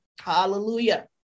Hallelujah